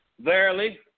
Verily